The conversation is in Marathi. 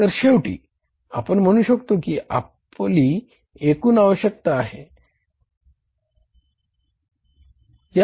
तर शेवटी आपण म्हणू शकतो ही आपली एकूण आवश्यकता आहे